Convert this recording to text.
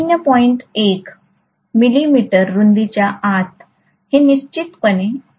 १ millimetre रुंदीच्या आत हे निश्चितपणे N अणूच्या संख्या आहेत